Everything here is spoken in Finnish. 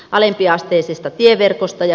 alempiasteisesta tieverkosta ja